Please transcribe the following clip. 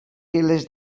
files